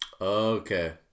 okay